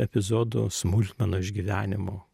epizodų smulkmenų išgyvenimų